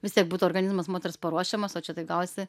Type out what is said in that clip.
vis tiek būt organizmas moters paruošiamas o čia taip gavosi